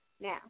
Now